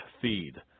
feed